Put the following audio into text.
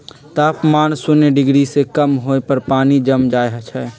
तापमान शुन्य डिग्री से कम होय पर पानी जम जाइ छइ